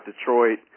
Detroit